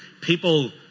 people